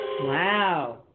Wow